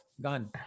gone